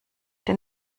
der